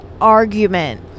argument